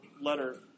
letter